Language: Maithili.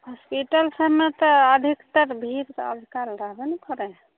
हॉस्पिटलसबमे तऽ अधिकतर भीड़ तऽ आजकल रहबे ने करै हइ